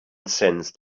sensed